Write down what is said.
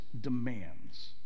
demands